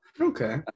Okay